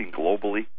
globally